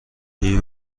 این